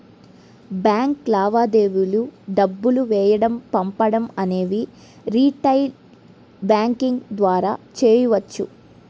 bank లావాదేవీలు డబ్బులు వేయడం పంపడం అనేవి రిటైల్ బ్యాంకింగ్ ద్వారా చెయ్యొచ్చు